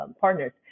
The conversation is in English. partners